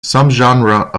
subgenre